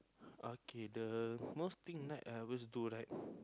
okay the most thing right I always do right